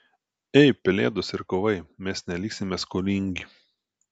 ei pelėdos ir kovai mes neliksime skolingi